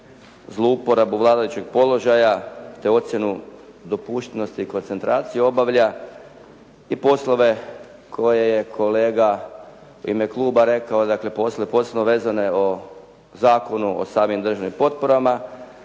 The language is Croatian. zlouporabu vladajućeg položaja, te ocjenu dopuštenosti i koncentracije obavlja i poslove koje je kolega u ime kluba rekao. Dakle, poslove posebno vezane o Zakonu o samim državnim potporama,